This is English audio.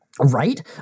Right